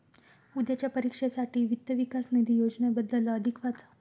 उद्याच्या परीक्षेसाठी वित्त विकास निधी योजनेबद्दल अधिक वाचा